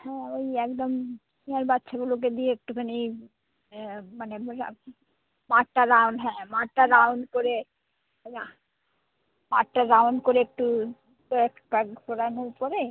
হ্যাঁ ওই একদম স্মল বাচ্চাগুলোকে দিয়ে একটুখানি মানে মাঠটা রাউন্ড হ্যাঁ মাঠটা রাউন্ড করে মাঠটা রাউন্ড করে একটু কয়েক পাক ঘোরানোর পরে